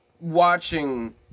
watching